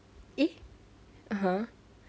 eh (uh huh)